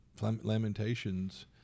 lamentations